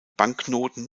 banknoten